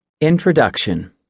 Introduction